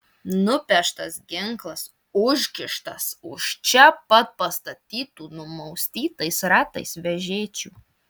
nupeštas ginklas užkištas už čia pat pastatytų numaustytais ratais vežėčių